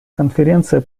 конференция